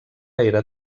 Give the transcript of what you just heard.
era